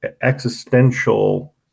existential